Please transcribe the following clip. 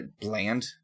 Bland